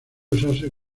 usarse